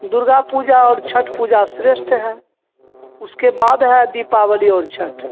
दुर्गा पूजा और छठ पूजा श्रेष्ठ है उसके बाद है दीपावली और छठ